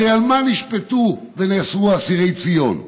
הרי על מה נשפטו ונאסרו אסירי ציון?